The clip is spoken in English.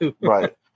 right